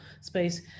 space